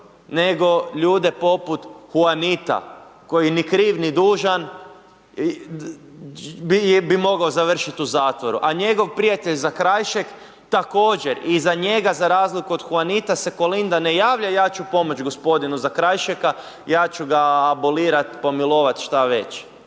nego ljude poput Juanita, koji ni kriv ni dužan bi mogao završit u zatvoru a njegov prijatelj Zakrajšek također, i za njega za razliku o Juanita se Kolinda ne javlja, ja ću pomoć g. Zakrajšeka, ja ću ga abolirat, pomilovat, šta već.